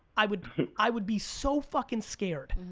i would i would be so fucking scared,